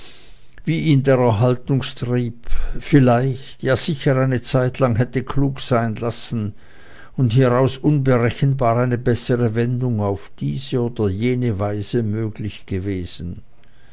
wie ihn der erhaltungstrieb vielleicht ja sicher eine zeitlang hätte klug sein lassen und hieraus unberechenbar eine bessere wendung auf diese oder jene weise möglich gewesen